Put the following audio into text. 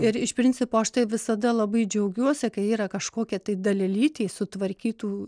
ir iš principo aš tai visada labai džiaugiuosi kai yra kažkokia tai dalelytei sutvarkytų